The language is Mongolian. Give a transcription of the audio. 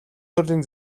төрлийн